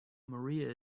maria